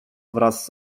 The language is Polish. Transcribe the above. wraz